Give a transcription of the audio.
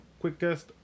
quickest